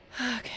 okay